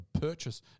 purchase